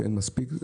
שאין מספיק,